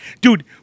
Dude